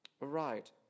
Right